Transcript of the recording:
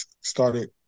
started